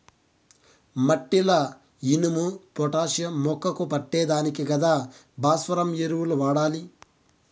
మట్టిల ఇనుము, పొటాషియం మొక్కకు పట్టే దానికి కదా భాస్వరం ఎరువులు వాడాలి